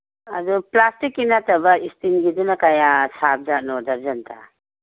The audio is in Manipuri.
ꯑꯗꯨ ꯄ꯭ꯂꯥꯁꯇꯤꯛꯀꯤ ꯅꯠꯇꯕ ꯏꯁꯇꯤꯜꯒꯤꯗꯨꯅ ꯀꯌꯥ ꯁꯥꯕ ꯖꯥꯠꯅꯣ ꯗ꯭ꯔꯖꯟꯗ